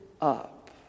up